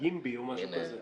ימב"י או משהו כזה.